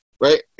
right